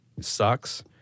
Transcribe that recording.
sucks